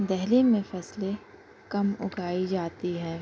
دہلی میں فصلیں کم اگائی جاتی ہے